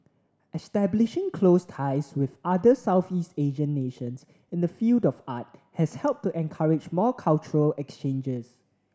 establishing close ties with other Southeast Asian nations in the field of art has helped to encourage more cultural exchanges